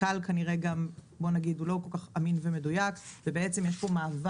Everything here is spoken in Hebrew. קל כנראה גם בוא נגיד הוא לא כל כך אמין ומדויק ובעצם יש פה מעבר